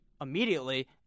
immediately